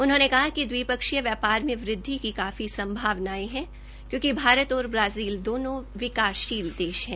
उन्होंने कहा कि द्विपक्षीय व्यापार में वृद्धि की कामी संभावना है क्योंकि भारत और ब्राजील दोनो विकासशील देश हैं